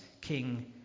King